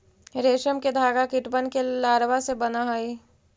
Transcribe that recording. रेशम के धागा कीटबन के लारवा से बन हई